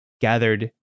Gathered